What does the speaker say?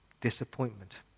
Disappointment